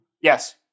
yes